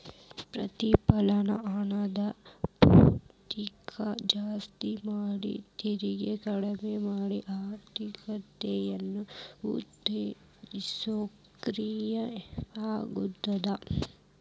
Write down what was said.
ಪ್ರತಿಫಲನ ಹಣದ ಪೂರೈಕೆ ಜಾಸ್ತಿ ಮಾಡಿ ತೆರಿಗೆ ಕಡ್ಮಿ ಮಾಡಿ ಆರ್ಥಿಕತೆನ ಉತ್ತೇಜಿಸೋ ಕ್ರಿಯೆ ಆಗ್ಯಾದ